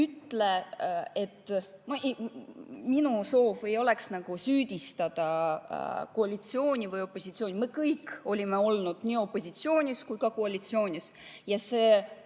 Minu soov ei oleks süüdistada koalitsiooni või opositsiooni, me kõik oleme olnud nii opositsioonis kui ka koalitsioonis. See